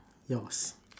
yours